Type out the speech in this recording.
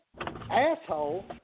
asshole